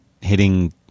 hitting